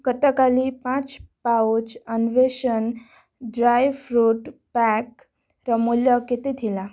ଗତକାଲି ପାଞ୍ଚ ପାଉଚ୍ ଅନ୍ଵେଷଣ ଡ୍ରାଇଫ୍ରୁଟ୍ ପାକ୍ର ମୂଲ୍ୟ କେତେ ଥିଲା